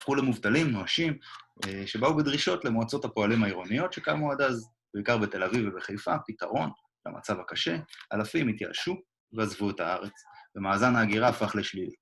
הפכו למובטלים, נואשים, שבאו בדרישות למועצות הפועלים העירוניות שקמו עד אז, בעיקר בתל אביב ובחיפה, פתרון למצב הקשה. אלפים התייאשו ועזבו את הארץ, ומאזן ההגירה הפך לשלילי.